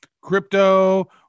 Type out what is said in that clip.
crypto